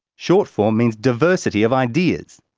short-form means diversity of ideas.